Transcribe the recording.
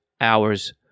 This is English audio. hours